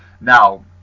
Now